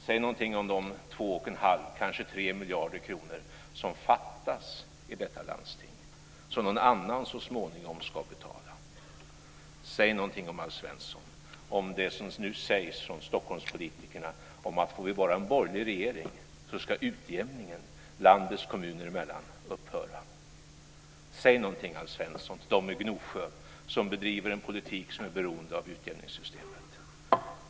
Säg någonting om de två och en halv, kanske tre, miljarder kronor som fattas i detta landsting och som någon annan så småningom ska betala! Säg någonting, Alf Svensson, om det som nu sägs från Stockholmspolitikerna om att får vi bara en borgerlig regering så ska utjämningen landets kommuner emellan upphöra! Säg någonting, Alf Svensson, till dem i Gnosjö som bedriver en politik som är beroende av utjämningssystemet!